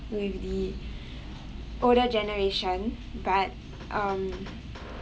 with the older generation but um